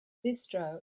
bistro